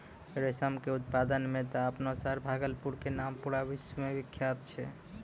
रेशम के उत्पादन मॅ त आपनो शहर भागलपुर के नाम पूरा विश्व मॅ विख्यात छै